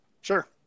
Sure